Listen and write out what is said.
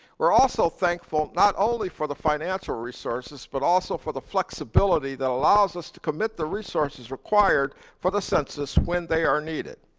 we're also thankful not only for the financial resources but for the flexibility that allows us to commit the resources required for the census when they are needed.